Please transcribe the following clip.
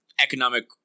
economic